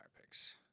picks